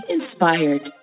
Inspired